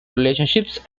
relationships